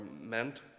meant